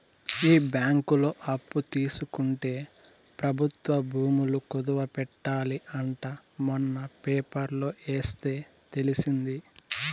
ఈ బ్యాంకులో అప్పు తీసుకుంటే ప్రభుత్వ భూములు కుదవ పెట్టాలి అంట మొన్న పేపర్లో ఎస్తే తెలిసింది